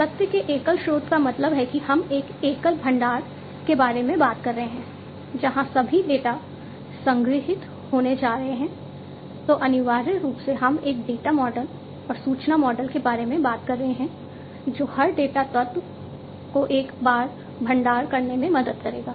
सत्य के एकल स्रोत का मतलब है कि हम एक एकल भंडार के बारे में बात कर रहे हैं जहां सभी डेटा तत्व को एक बार भंडार करने में मदद करेगा